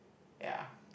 ya